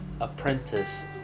apprentice